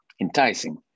enticing